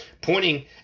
pointing